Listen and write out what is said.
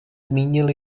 zmínil